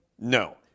No